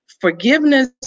Forgiveness